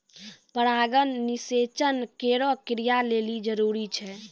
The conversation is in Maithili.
परागण निषेचन केरो क्रिया लेलि जरूरी छै